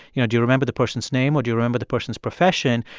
you know, do you remember the person's name or do you remember the person's profession,